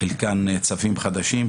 חלקם צווים חדשים,